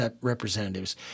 representatives